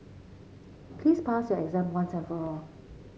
please pass your exam once and for all